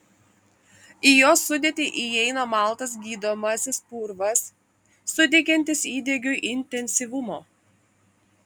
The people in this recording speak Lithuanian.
į jos sudėtį įeina maltas gydomasis purvas suteikiantis įdegiui intensyvumo